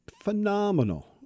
phenomenal